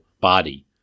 body